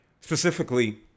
specifically